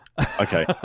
Okay